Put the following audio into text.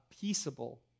peaceable